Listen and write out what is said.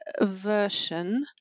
version